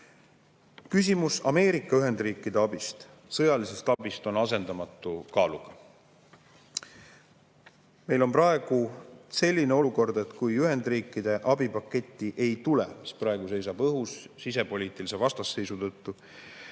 Küsimus Ameerika Ühendriikide sõjalisest abist on asendamatu kaaluga. Meil on praegu selline olukord, et kui Ühendriikide abipaketti ei tule – praegu seisab see õhus sisepoliitilise vastasseisu tõttu